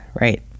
right